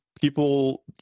people